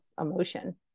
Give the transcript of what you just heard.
emotion